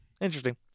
Interesting